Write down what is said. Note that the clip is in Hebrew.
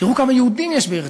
תראו כמה יהודים יש בארץ-ישראל,